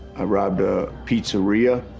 i robbed a pizzeria,